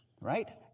right